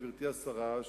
גברתי השרה,